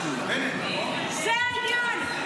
זה העניין.